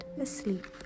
asleep